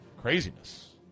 craziness